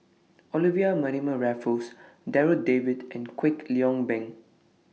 Olivia Mariamne Raffles Darryl David and Kwek Leng Beng